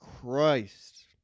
Christ